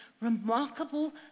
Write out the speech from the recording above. remarkable